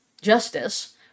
justice